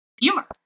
humor